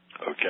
Okay